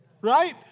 right